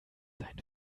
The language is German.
sein